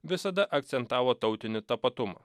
visada akcentavo tautinį tapatumą